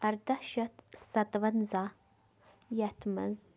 اَرداہ شَتھ سَتوَنزاہ یَتھ منٛز